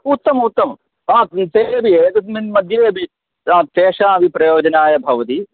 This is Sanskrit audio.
उत्तमम् उत्तमं तेपि एकस्मिन् मध्ये अपि तेषाम् अपि प्रयोजनाय भवति